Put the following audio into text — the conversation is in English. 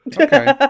Okay